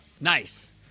Nice